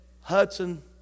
Hudson